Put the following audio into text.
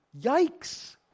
Yikes